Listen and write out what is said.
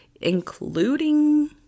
including